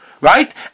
right